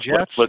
Jets